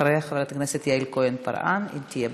אחריה, חברת הכנסת יעל כהן-פארן, אם תהיה באולם.